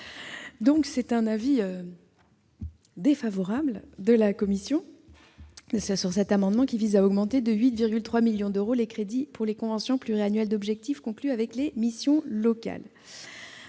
émet un avis défavorable sur cet amendement qui vise à augmenter de 8,3 millions d'euros les crédits pour les conventions pluriannuelles d'objectifs conclues avec les missions locales.